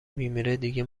میمیره، دیگه